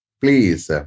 please